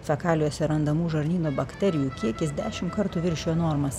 fekalijose randamų žarnyno bakterijų kiekis dešim kartų viršijo normas